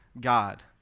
God